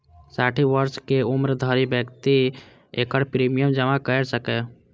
साठि वर्षक उम्र धरि व्यक्ति एकर प्रीमियम जमा कैर सकैए